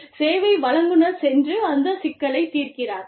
சேவை வழங்குநர் சென்று அந்த சிக்கலைத் தீர்க்கிறார்